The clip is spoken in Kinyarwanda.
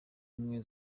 ubumwe